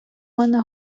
мене